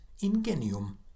ingenium